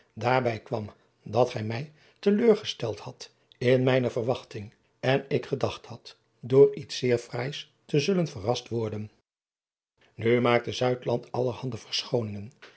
daarbij kwam dat gij mij te leurgesteld hadt in mijne erwachting en ik gedacht had door iets zeer fraais te zullen verrast worden u maakte allerhande